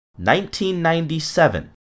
1997